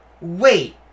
Wait